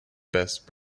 best